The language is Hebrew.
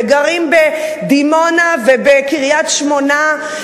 גרים בדימונה ובקריית-שמונה,